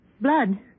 Blood